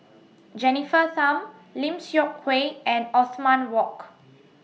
Jennifer Tham Lim Seok Hui and Othman Wok